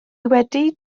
wedi